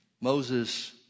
Moses